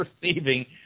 receiving